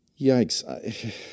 Yikes